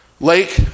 lake